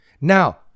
Now